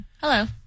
Hello